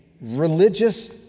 religious